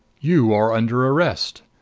you are under arrest.